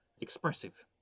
expressive